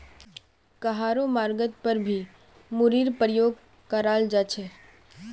कहारो मर्गत पर भी मूरीर प्रयोग कराल जा छे